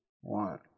one